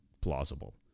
plausible